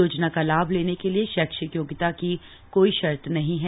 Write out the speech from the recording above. योजना का लाभ लेने के लिए शैक्षिक योग्यता की कोई शर्त नहीं है